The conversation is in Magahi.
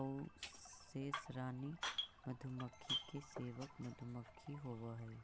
आउ शेष रानी मधुमक्खी के सेवक मधुमक्खी होवऽ हइ